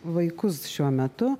vaikus šiuo metu